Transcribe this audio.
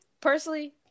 personally